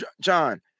John